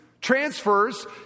transfers